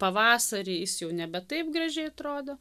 pavasarį jis jau nebe taip gražiai atrodo